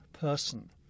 person